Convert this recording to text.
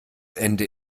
ende